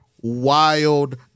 wild